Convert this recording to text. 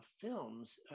films